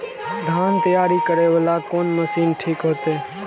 धान तैयारी करे वाला कोन मशीन ठीक होते?